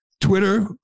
Twitter